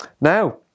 Now